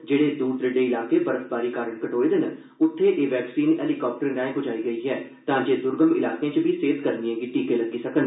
जेड़े दूर दरेडे इलाके बर्फबारी करि कटोए दे न उत्थे ए वैक्सीन हैलिकाप्टरें राएं पुजाई गेई ऐ तां जे दुर्गम इलाकें च बी सेहतकर्मियें गी टीके लग्गी सकन